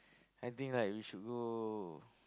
I think like we should go